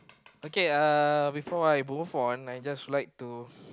okay uh before I move on I just like to